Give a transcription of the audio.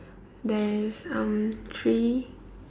there is um three